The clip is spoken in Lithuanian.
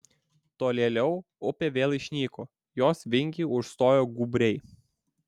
tolėliau upė vėl išnyko jos vingį užstojo gūbriai